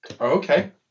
okay